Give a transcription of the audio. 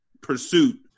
pursuit